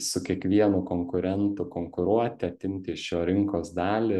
su kiekvienu konkurentu konkuruoti atimti iš jo rinkos dalį